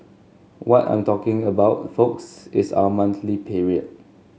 what I'm talking about folks is our monthly period